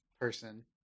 person